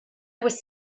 was